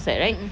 mmhmm